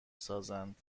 سازند